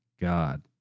God